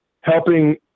helping